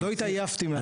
לא התעייפתי מהעבודה.